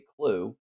clue